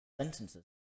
sentences